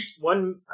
one